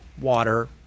water